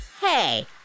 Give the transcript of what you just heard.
Hey